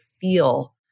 feel